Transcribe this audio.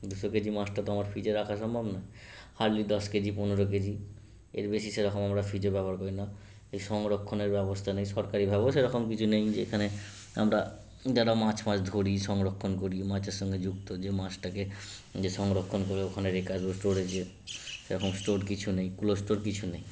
দুশো কেজি মাছটা তো ফ্রিজে রাখা সম্ভব না হার্ডলি দশ কেজি পনেরো কেজি এর বেশি সেরকম আমরা ফ্রিজও ব্যবহার করি না তাই সংরক্ষণের ব্যবস্থা নেই সরকারিভাবেও সেরকম কিছু নেই যে এখানে আমরা যারা মাছ ফাছ ধরি সংরক্ষণ করি মাছের সঙ্গে যুক্ত যে মাছটাকে যে সংরক্ষণ করে ওখানে রেখে আসব স্টোরেজে সেরকম স্টোর কিছু নেই কুল স্টোর কিছু নেই